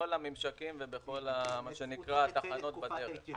בכל הממשקים ובכל מה שנקרא התחנות בדרך.